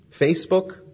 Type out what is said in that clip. Facebook